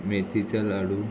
मेथीचे लाडू